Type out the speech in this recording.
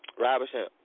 Robinson